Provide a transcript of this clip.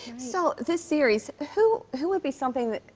so this series, who who would be something that,